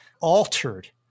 altered